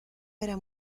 era